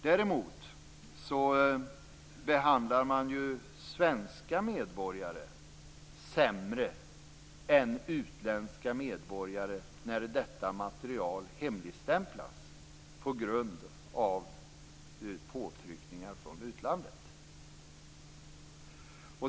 Däremot behandlar man ju svenska medborgare sämre än utländska medborgare när detta material hemligstämplas på grund av påtryckningar från utlandet.